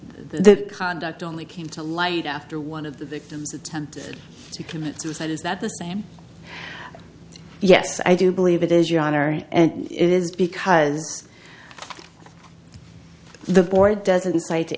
the conduct only came to light after one of the victims attempted to commit suicide is that the same yes i do believe it is your honor and it is because the board doesn't say to